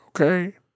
okay